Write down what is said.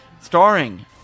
Starring